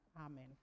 Amen